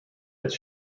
its